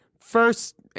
First